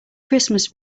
christmas